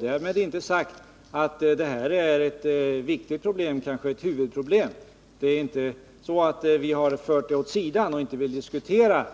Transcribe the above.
Därmed är inte sagt att detta inte är ett viktigt problem eller kanske en huvudfråga. Vi har inte fört saken åt sidan och sagt att vi inte vill diskutera